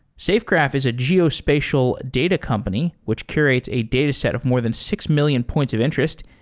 safegraph is a geospatial data company which curates a dataset of more than six million points of interest.